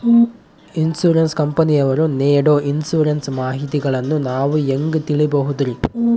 Insurance ಕಂಪನಿಯವರು ನೇಡೊ insurance ಮಾಹಿತಿಗಳನ್ನು ನಾವು ಹೆಂಗ ತಿಳಿಬಹುದ್ರಿ?